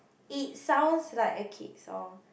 it sounds like a kid song